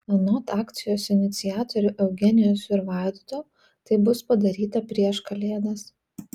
anot akcijos iniciatorių eugenijaus ir vaidoto tai bus padaryta prieš kalėdas